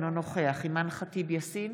אינו נוכח אימאן ח'טיב יאסין,